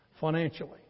financially